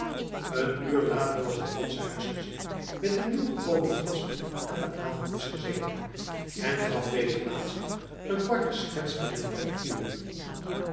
een uur later was het gansche huisgezin met den nieuwgekomen gast aan den avonddisch gezeten en gaf deze laatste een korte schets van zijn avonturen